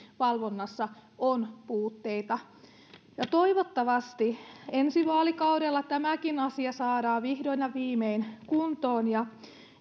valvonnassa on puutteita toivottavasti ensi vaalikaudella tämäkin asia saadaan vihdoin ja viimein kuntoon ja